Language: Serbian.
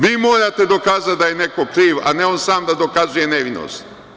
Vi morate dokazati da je neko kriv, a ne on sam da dokazuje nevinost.